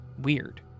weird